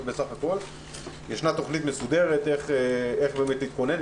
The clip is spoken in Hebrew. ישנה תוכנית מסודרת איך להתכונן,